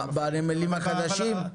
בנמלים החדשים?